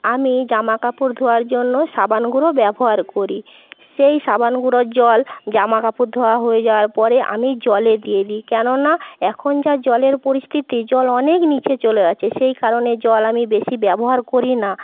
আমি জামা কাপড় ধোয়ার জন্য সাবান গুঁড়ো ব্যবহার করি সেই সাবান গুঁড়োর জল জামা কাপড় ধোওয়া হয়ে যাওয়ার পরে আমি জলে দিয়ে দিই কেন না এখন যা জলের পরিস্থিতি জল অনেক নীচে চলে গেছে সেই কারণে জল আমি বেশী ব্যবহার করি না